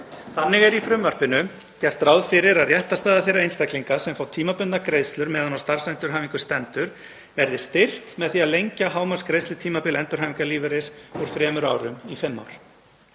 Þannig er í frumvarpinu gert ráð fyrir að réttarstaða þeirra einstaklinga sem fá tímabundnar greiðslur meðan á starfsendurhæfingu stendur verði styrkt með því að lengja hámarksgreiðslutímabil endurhæfingarlífeyris úr þremur árum í fimm ár.